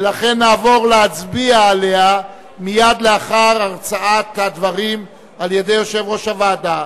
ולכן נעבור להצביע עליה מייד לאחר הרצאת הדברים על-ידי יושב-ראש הוועדה.